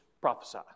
prophesy